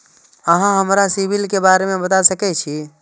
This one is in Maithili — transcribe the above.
अहाँ हमरा सिबिल के बारे में बता सके छी?